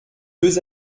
deux